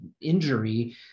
injury